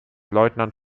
lieutenant